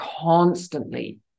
constantly